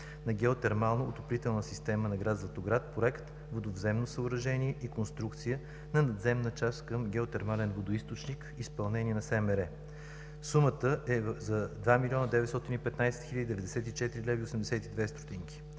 на геотермална отоплителна система на град Златоград“, подобект „Водовземно съоръжение и конструкция на надземна част към геотермален водоизточник, изпълнение на СМР“ сумата е за 2 млн. 915 хил. 94 лв. и 82 ст.